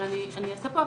אבל אני אעשה פה אבחנה,